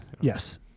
Yes